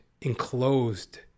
enclosed